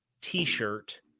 T-shirt